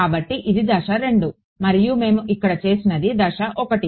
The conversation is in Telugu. కాబట్టి ఇది దశ 2 మరియు మేము ఇక్కడ చేసినది దశ 1